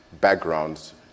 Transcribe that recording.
backgrounds